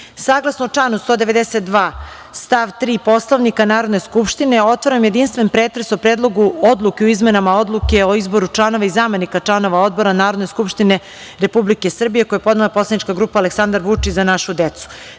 članu 192. stav 3. Poslovnika Narodne skupštine, otvaram jedinstven pretres o Predlogu odluke o izmenama Odluke o izboru članova i zamenika članova Odbora Narodne skupštine Republike Srbije, koju je podnela poslanička grupa "Aleksandar Vučić - Za našu